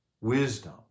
wisdom